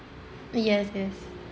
yes yes